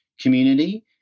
community